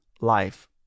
life